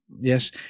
yes